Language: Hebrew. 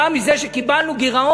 הוא אמר פה בנאום שאני אחראי לגירעון.